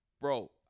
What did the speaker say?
bro